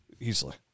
Easily